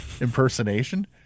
impersonation